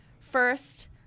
first